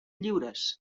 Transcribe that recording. lliures